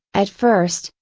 at first,